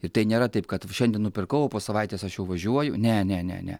ir tai nėra taip kad šiandien nupirkau o po savaitės aš jau važiuoju ne ne ne ne